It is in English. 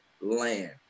land